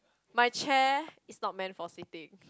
my chair is not meant for sitting